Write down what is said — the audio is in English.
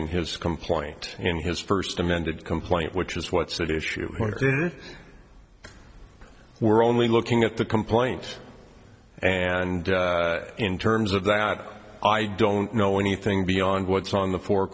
in his complaint in his first amended complaint which is what's at issue we're only looking at the complaint and in terms of that i don't know anything beyond what's on the four